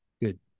Good